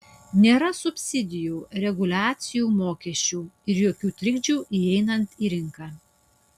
nėra subsidijų reguliacijų mokesčių ir jokių trikdžių įeinant į rinką